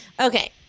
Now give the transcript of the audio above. Okay